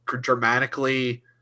dramatically